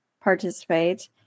participate